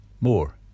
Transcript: More